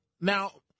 Now